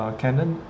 canon